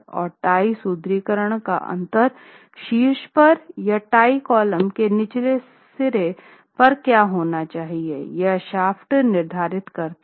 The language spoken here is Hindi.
और टाई सुदृढीकरण का अंतर शीर्ष पर और टाई कॉलम के निचले सिरे पर क्या होना चाहिए यह शाफ्ट निर्धारित करता है